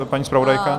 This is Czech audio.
Paní zpravodajka.